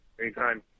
anytime